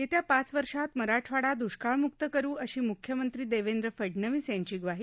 येत्या पाच वर्षांत मराठवाडा दुष्काळ मुक्त करू अशी मुख्यमंत्री देवेंद्र फडनवीस यांची ग्वाही